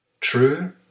true